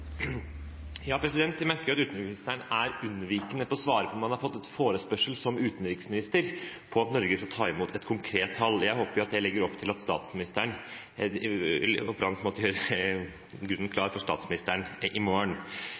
på om han har fått en forespørsel som utenriksminister om at Norge skal ta imot et konkret antall. Jeg håper at det legger grunnen klar for statsministeren i morgen. Vi hører at både statsministeren og finansministeren argumenterer med at det er en motsetning mellom det å hjelpe ute i